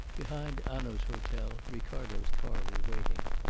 behind hanaud's hotel ricardo's car was waiting.